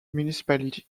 municipality